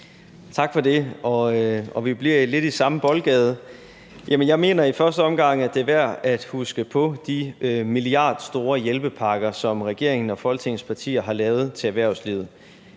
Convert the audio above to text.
Tak for det. Vi bliver lidt i samme boldgade. Jeg mener i første omgang, at det er værd at huske på de milliardstore hjælpepakker, som regeringen og Folketingets partier har lavet til erhvervslivet.